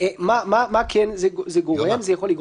למה זה כן יכול לגרום?